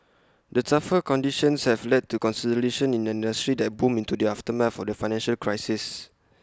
the tougher conditions have led to consolidation in an industry that boomed in the aftermath for the financial crisis